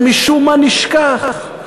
זה משום מה נשכח.